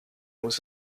muss